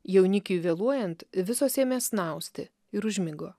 jaunikiui vėluojant visos ėmė snausti ir užmigo